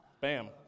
Bam